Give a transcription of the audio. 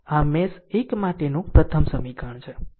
આ મેશ 1 માટેનું પ્રથમ સમીકરણ છે